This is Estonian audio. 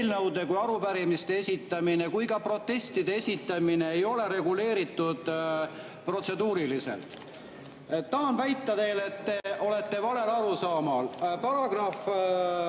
kui arupärimiste esitamine kui ka protestide esitamine ei ole reguleeritud protseduuriliselt. Tahan väita, et te olete valel arusaamal. Paragrahvis